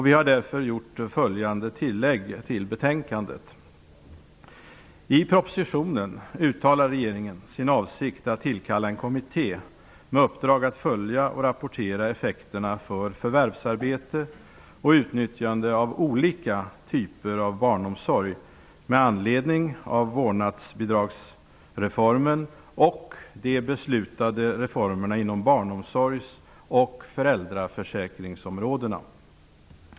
Vi har därför gjort följande tillägg till betänkandet: ''I propositionen uttalar regeringen sin avsikt att tillkalla en kommitté med uppdrag att följa och rapportera effekterna för förvärvsarbete och utnyttjande av olika typer av barnomsorg med anledning av vårdnadsbidragsreformen och de beslutade reformerna inom barnomsorgs och föräldraförsäkringsområdena.